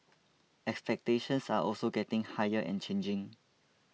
expectations are also getting higher and changing